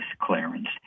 clearance